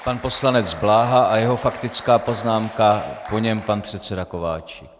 Pan poslanec Bláha a jeho faktická poznámka, po něm pan předseda Kováčik.